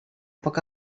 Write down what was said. poc